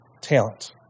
talent